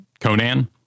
Conan